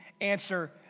answer